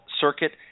circuit